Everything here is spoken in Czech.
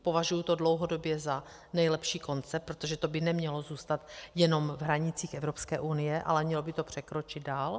Považuji to dlouhodobě za nejlepší koncept, protože to by nemělo zůstat jenom v hranicích Evropské unie, ale mělo by to překročit dál.